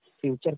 future